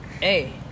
hey